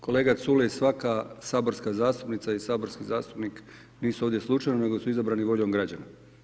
Kolega Culej svaka saborska zastupnica i saborski zastupnik nisu ovdje slučajno nego su izabrani voljom građana.